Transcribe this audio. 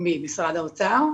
משרד האוצר?